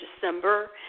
December